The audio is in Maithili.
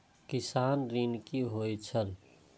किसान ऋण की होय छल?